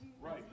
Right